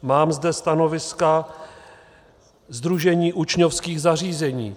Mám zde stanoviska Sdružení učňovských zařízení.